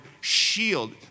shield